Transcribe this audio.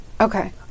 Okay